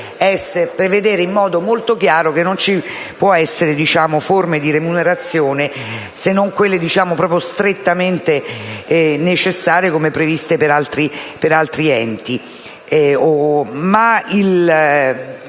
prevedere in modo molto chiaro che non ci possono essere forme di remunerazione, se non quelle strettamente necessarie, come previsto per altri enti.